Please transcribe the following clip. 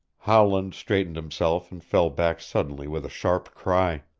howland straightened himself and fell back suddenly with a sharp cry.